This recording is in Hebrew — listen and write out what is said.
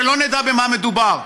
שלא נדע במה מדובר.